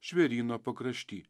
žvėryno pakrašty